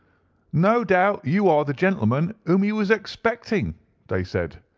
no doubt you are the gentleman whom he was expecting they said.